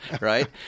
Right